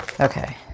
Okay